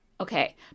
Okay